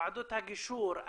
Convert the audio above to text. ועדות הגישור,